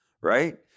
Right